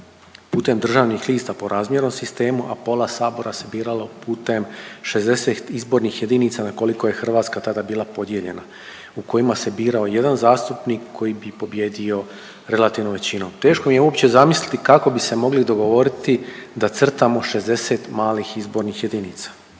putem državnih lista po razmjernom sistemu, a pola Sabora se biralo putem 60 izbornih jedinica na koliko je Hrvatska tada bila podijeljena u kojima se birao jedan zastupnik koji bi pobijedio relativnom većinom. Teško mi je uopće zamisliti kako bi se mogli dogovoriti da crtamo 60 malih izbornih jedinica.